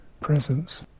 presence